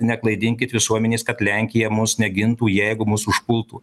neklaidinkit visuomenės kad lenkija mus negintų jeigu mus užpultų